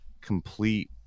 complete